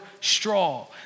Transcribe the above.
straw